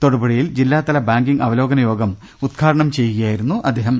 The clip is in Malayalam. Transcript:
തൊടുപുഴയിൽ ജില്ലാതല ബാങ്കിംഗ് അവലോകന യോഗം ഉദ്ഘാടനം ചെയ്യുകയായിരുന്നു അദ്ദേഹം